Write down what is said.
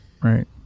right